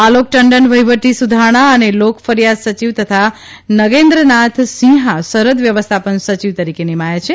આલોક ટંડન વહીવટી સુધારણા અને લોકફરિયાદ સચિવ તથા નગેન્દ્રનાથ સિંહા સરહદ વ્યવસ્થાપન સચિવ તરીકે નિમાયા છે